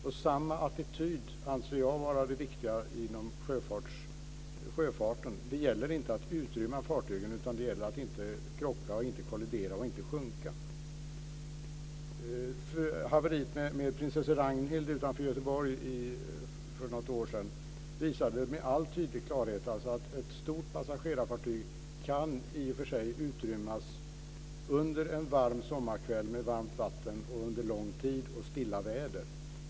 Jag anser att samma attityd är viktig inom sjöfarten. Det gäller inte att utrymma fartygen, utan det gäller att inte kollidera och inte sjunka. Haveriet med Prinsesse Ragnhild utanför Göteborg för något år sedan visade med all önskvärd tydlighet att ett stort passagerarfartyg kan i och för sig utrymmas under en varm sommarkväll med varmt vatten, under lång tid och stilla väder.